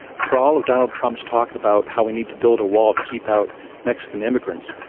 for all of donald trump's talk about how we need to build a wall to keep out mexican immigrants,